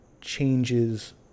changes